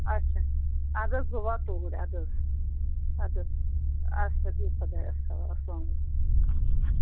اَچھا اَدٕ حظ بہٕ وات توٗرۍ اَدٕ حظ اَدٕ حظ اَچھا بِہِو خۄدایَس حوال السلام علیکُم